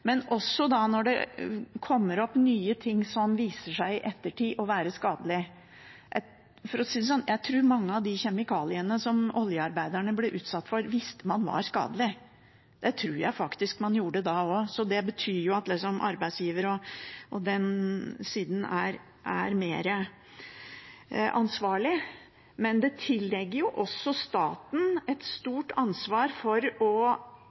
men også når det kommer opp nye ting som viser seg i ettertid å være skadelig. For å si det sånn: Jeg tror man visste at mange av de kjemikaliene som oljearbeiderne ble utsatt for, var skadelige. Det tror jeg faktisk man gjorde da også, så det betyr at arbeidsgiver og den siden er mer ansvarlig. Det tilligger også staten et stort ansvar å